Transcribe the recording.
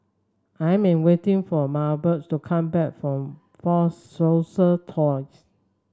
I'm waiting for Milburn to come back from Fort Siloso Tours